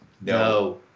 No